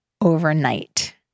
overnight